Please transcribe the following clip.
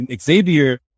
Xavier